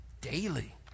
daily